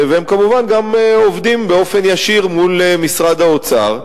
והן כמובן גם עובדות באופן ישיר מול משרד האוצר.